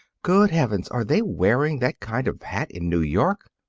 good heavens, are they wearing that kind of hat in new york!